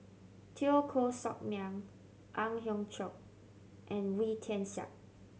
Teo Koh Sock Miang Ang Hiong Chiok and Wee Tian Siak